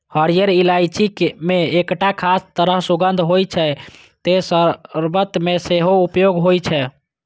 हरियर इलायची मे एकटा खास तरह सुगंध होइ छै, तें शर्बत मे सेहो उपयोग होइ छै